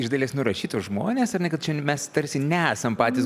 iš dalies nurašyt tuosmones ar ne kad čia mes tarsi nesam patys